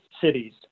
cities